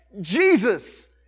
Jesus